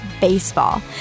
baseball